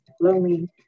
lonely